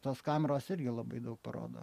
tos kameros irgi labai daug parodo